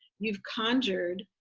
you've conjured.